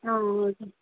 ஆ okay